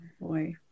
boy